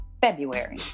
February